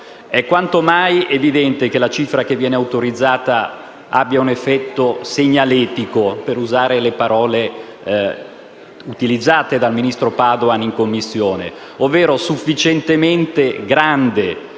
È quanto mai evidente che la cifra che viene autorizzata abbia un effetto segnaletico, per adoperare le parole utilizzate in Commissione dal ministro Padoan, ovvero sufficientemente grande